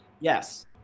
Yes